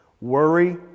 Worry